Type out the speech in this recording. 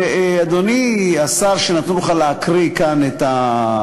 שאזרחיה עניים והמסים שמוטלים על המזון,